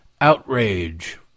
outrage